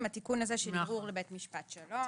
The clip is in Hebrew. עם התיקון הזה של ערעור לבית משפט שלום.